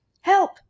Help